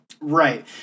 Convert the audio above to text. Right